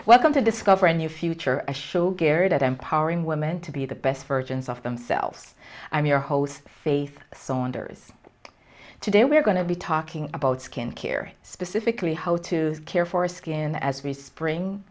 welcome to discover a new future a show geared at empowering women to be the best versions of themselves i'm your host faith saunders today we're going to be talking about skin care specifically how to care for skin as we spring